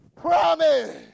promise